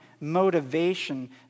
motivation